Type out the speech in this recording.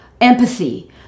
empathy